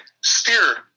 steer